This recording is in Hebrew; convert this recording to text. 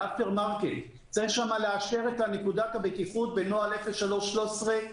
ל- -- צריך שם לאשר את נקודת הבטיחות בנוהל 0313,